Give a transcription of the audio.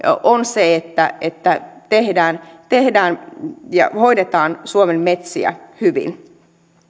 on se että että tehdään tehdään ja hoidetaan suomen metsiä hyvin